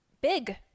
big